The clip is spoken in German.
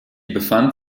befand